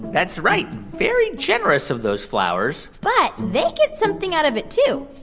that's right. very generous of those flowers but they get something out of it, too.